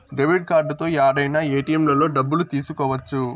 debit కార్డుతో యాడైనా ఏటిఎంలలో డబ్బులు తీసుకోవచ్చు